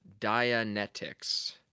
Dianetics